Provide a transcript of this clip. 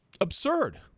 absurd